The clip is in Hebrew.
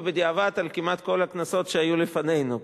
ובדיעבד כמעט כל הכנסות שהיו לפנינו.